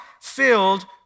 filled